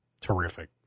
Terrific